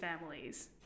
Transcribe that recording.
families